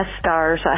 stars